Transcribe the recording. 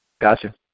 Gotcha